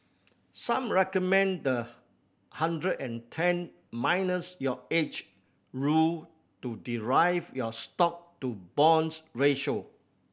some recommend the hundred and ten minus your age rule to derive your stock to bonds ratio